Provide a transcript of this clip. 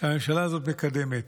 שהממשלה הזאת מקדמת.